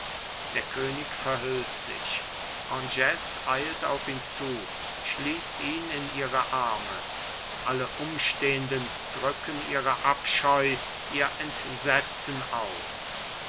der könig verhüllt sich agnes eilt auf ihn zu und schließt ihn in ihre arme alle umstehenden drücken ihren abscheu ihr entsetzen aus